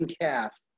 calf